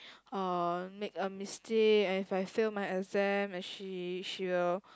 uh make a mistake and I fail my exam and she she will